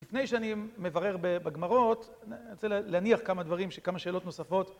לפני שאני מברר בגמרות, אני רוצה להניח כמה דברים, כמה שאלות נוספות.